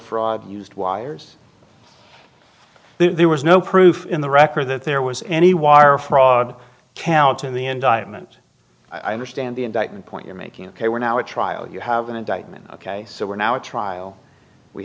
fraud used wires there was no proof in the record that there was any wire fraud calton the indictment i understand the indictment point you're making ok we're now a trial you have an indictment ok so we're now at trial we